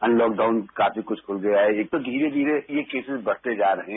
unlockdown काफी कृष्ठ खुल गया है तो धीरे धीरे ये कंसेज बढ़ते जा रहे हैं